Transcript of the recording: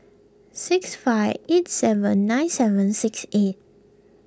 six five eight seven nine seven six eight